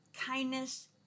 kindness